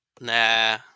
Nah